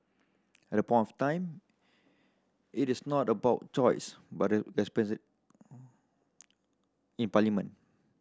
at point of time it is not about choice but in parliament